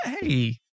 Hey